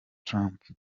trump